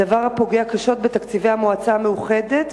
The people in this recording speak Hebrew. דבר הפוגע קשות בתקציבי המועצה המאוחדת.